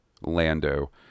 Lando